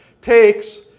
takes